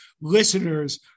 listeners